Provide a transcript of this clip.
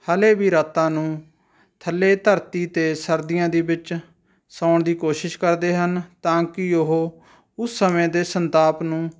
ਹਾਲੇ ਵੀ ਰਾਤਾਂ ਨੂੰ ਥੱਲੇ ਧਰਤੀ 'ਤੇ ਸਰਦੀਆਂ ਦੇ ਵਿੱਚ ਸੌਣ ਦੀ ਕੋਸ਼ਿਸ਼ ਕਰਦੇ ਹਨ ਤਾਂਕਿ ਉਹ ਉਸ ਸਮੇਂ ਦੇ ਸੰਤਾਪ ਨੂੰ